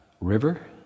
river